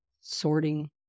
sorting